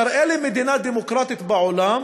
תראה לי מדינה דמוקרטית בעולם